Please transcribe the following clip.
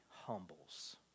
Humbles